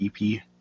EP